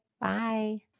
Bye